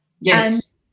Yes